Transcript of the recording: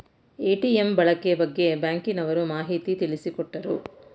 ATM ಬಳಕೆ ಬಗ್ಗೆ ಬ್ಯಾಂಕಿನವರು ಮಾಹಿತಿ ತಿಳಿಸಿಕೊಟ್ಟರು